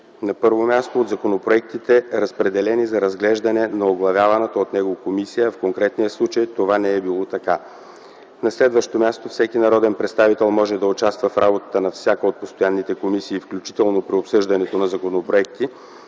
на първо място от законопроектите, разпределени за разглеждане на оглавяваната от него комисия, а в конкретния случай това не е било така. На следващо място, всеки народен представител може да участва в работата на всяка от постоянните комисии, включително при обсъждането на законопроекти,